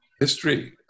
History